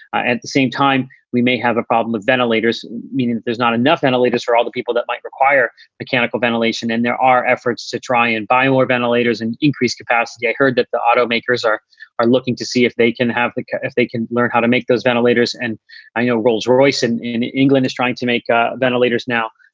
at the same time, we may have a problem of ventilators, meaning that there's not enough anti-elitist for all the people that might require mechanical ventilation and there are efforts to try and buy more ventilators and increase capacity. i heard that the automakers are are looking to see if they can have if they can learn how to make those ventilators. and i know royce in in england is trying to make ah ventilators now.